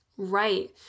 Right